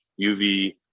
UV